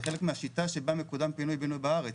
זה חלק מהשיטה שבה מקודם פינוי בינוי בארץ.